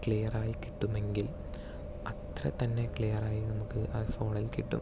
ക്ലിയറായി കിട്ടുമെങ്കിൽ അത്ര തന്നെ ക്ലിയർ ആയി ആ ഫോണിൽ കിട്ടും